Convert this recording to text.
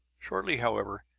shortly, however,